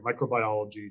microbiology